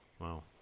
wow